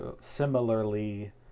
similarly